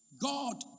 God